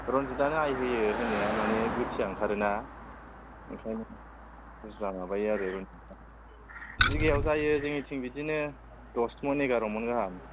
रनजितआनो आइ होयो होनाया माने गुतिया ओंखारोना ओंखायनो बुरजा माबायो आरो रनजितआ बिगायाव जायो जोंनिथिं बिदिनो दसमन एगार'मन गाहाम